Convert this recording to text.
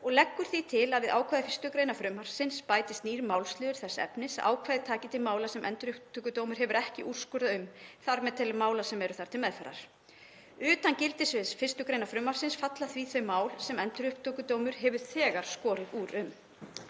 og leggur því til að við ákvæði 1. gr. frumvarpsins bætist nýr málsliður þess efnis að ákvæðið taki til mála sem Endurupptökudómur hefur ekki úrskurðað um, þ.m.t. mála sem eru þar til meðferðar. Utan gildissviðs 1. gr. frumvarpsins falla því þau mál sem Endurupptökudómur hefur þegar skorið úr um.